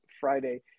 Friday